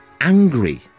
angry